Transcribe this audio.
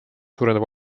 suureneb